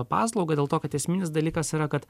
paslaugą dėl to kad esminis dalykas yra kad